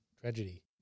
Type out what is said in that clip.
tragedy